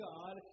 God